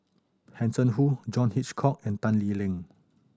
Hanson Ho John Hitchcock and Tan Lee Leng